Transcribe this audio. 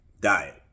diet